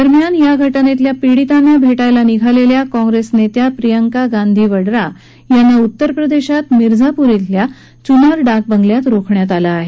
दरम्यान या घटनेतल्या पीडितांना भेटायला निघालेल्या काँग्रेस नेत्या प्रियंका गांधी वडरा यांना उत्तरप्रदेशात मिर्झापुर िल्या चूनार डाक बंगल्यात रोखण्यात आलं आहे